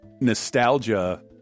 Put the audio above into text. nostalgia